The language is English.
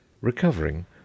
Recovering